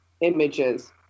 images